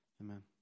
Amen